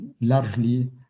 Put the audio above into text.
largely